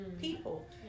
people